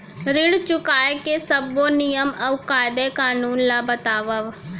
ऋण चुकाए के सब्बो नियम अऊ कायदे कानून ला बतावव